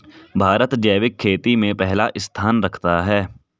भारत जैविक खेती में पहला स्थान रखता है